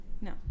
No